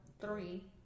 three